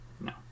No